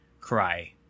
cry